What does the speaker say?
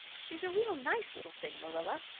she's a real nice little thing, marilla.